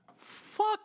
Fuck